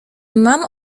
mam